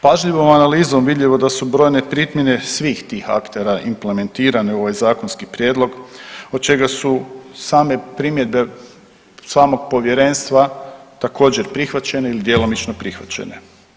Pažljivom analizom vidljivo je da su brojne … svih tih aktera implementirane u ovaj zakonski prijedlog od čega su same primjedbe samog povjerenstva također prihvaćene ili djelomično prihvaćene.